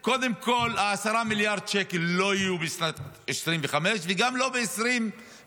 קודם כל ה-10 מיליארד שקל לא יהיו בשנת 2025 וגם לא ב-2026.